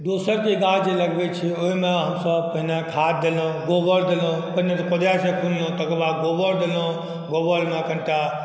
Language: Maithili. दोसरकेँ गाछ जे लगबै छियै ओइमे हमसब पहिने खाद देलौं गोबर देलौं पहिने तऽ कोदारिसँ खुनलौं तकर बाद गोबर देलौं गोबर लऽ कनीटा